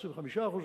25%,